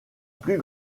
plus